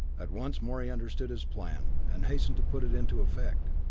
at once morey understood his plan, and hastened to put it into effect.